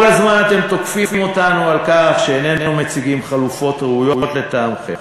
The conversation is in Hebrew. כל הזמן אתם תוקפים אותנו על כך שאיננו מציגים חלופות ראויות לטעמכם,